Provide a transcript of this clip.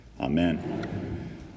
Amen